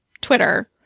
twitter